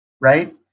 Right